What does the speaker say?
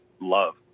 love